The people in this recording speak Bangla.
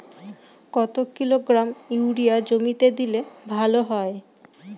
কত কিলোগ্রাম ইউরিয়া জমিতে দিলে ভালো হয়?